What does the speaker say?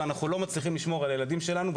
ובשורה התחתונה אנחנו לא מצליחים לשמור על הילדים שלנו.